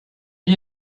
you